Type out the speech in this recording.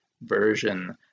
version